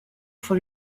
for